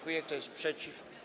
Kto jest przeciw?